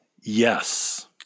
Yes